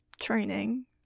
training